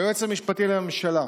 היועץ המשפטי לממשלה,